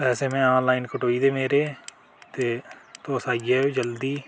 पैसे में आनलाइन कटोई गेदे मेरे ते तुस आई जाएओ जल्दी